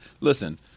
listen